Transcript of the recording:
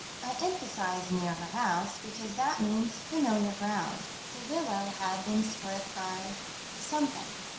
i emphasize near her house because that means familiar ground. the willow had been split by something.